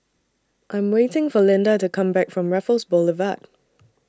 I Am waiting For Linda to Come Back from Raffles Boulevard